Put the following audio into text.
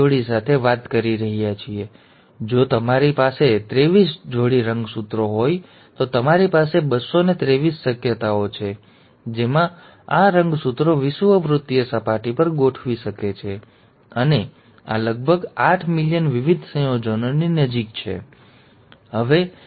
હવે કલ્પના કરો કે આપણે રંગસૂત્રોની માત્ર બે જોડી સાથે વાત કરી રહ્યા છીએ જો તમારી પાસે ત્રેવીસ જોડી રંગસૂત્રો હોય તો તમારી પાસે 223 શક્યતાઓ છે જેમાં આ રંગસૂત્રો વિષુવવૃત્તીય સપાટી પર ગોઠવી શકે છે અને આ લગભગ આઠ મિલિયન વિવિધ સંયોજનોની નજીક છે ખરું ને